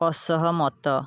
ଅସହମତ